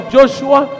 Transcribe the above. Joshua